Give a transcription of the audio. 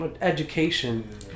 education